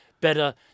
better